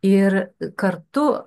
ir kartu